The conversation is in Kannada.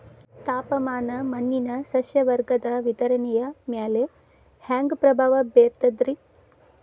ತಾಪಮಾನ ಮಣ್ಣಿನ ಸಸ್ಯವರ್ಗದ ವಿತರಣೆಯ ಮ್ಯಾಲ ಹ್ಯಾಂಗ ಪ್ರಭಾವ ಬೇರ್ತದ್ರಿ?